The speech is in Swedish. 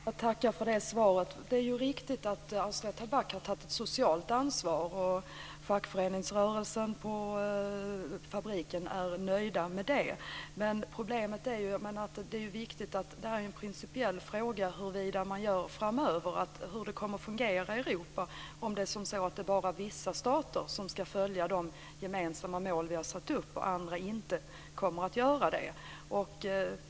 Herr talman! Jag tackar för det svaret. Det är ju riktigt att Austria Tabak har tagit ett socialt ansvar och att man från de fackliga företrädarna på fabriken är nöjd med det, men det är en principiell fråga hur man gör framöver och hur det kommer att fungera i Europa. Ska bara vissa stater följa de gemensamma mål som vi har satt upp medan andra inte kommer att göra det?